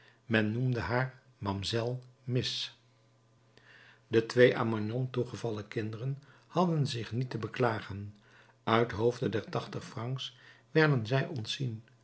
men noemde haar mamselle miss de twee aan magnon toegevallen kinderen hadden zich niet te beklagen uit hoofde der tachtig francs werden zij ontzien